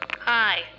Hi